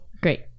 Great